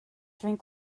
drink